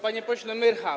Panie Pośle Myrcha!